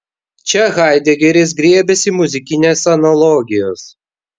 čia haidegeris griebiasi muzikinės analogijos